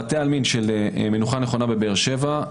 אתה יכול להיקבר בבתי העלמין של מנוחה נכונה בבאר שבע,